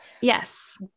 Yes